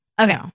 Okay